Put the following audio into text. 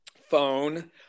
phone